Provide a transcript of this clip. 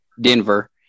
Denver